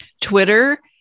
Twitter